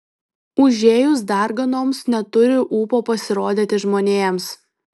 užėjus darganoms neturi ūpo pasirodyti žmonėms